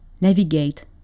navigate